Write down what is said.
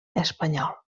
espanyol